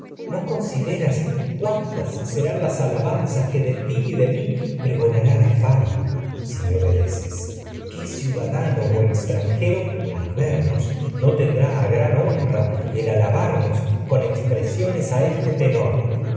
no cuántas consideras mí serán las alabanzas que de ti y de pregonará la fama si me obedeces qué ciudadano o extranjero al vernos no tendrá a gran con honra el ala barnos expresiones a este tenor